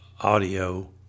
audio